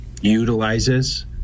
utilizes